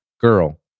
girl